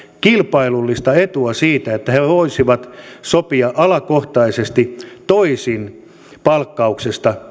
kilpailullista etua siitä että he he voisivat sopia alakohtaisesti toisin palkkauksesta